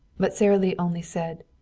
but sara lee only said,